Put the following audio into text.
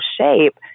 shape